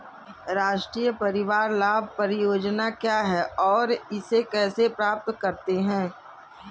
राष्ट्रीय परिवार लाभ परियोजना क्या है और इसे कैसे प्राप्त करते हैं?